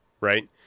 right